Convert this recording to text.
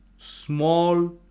small